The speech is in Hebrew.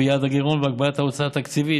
ביעד הגירעון ובהגבלת ההוצאה התקציבית.